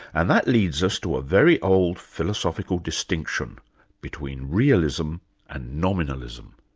and that leads us to a very old philosophical distinction between realism and nominalism.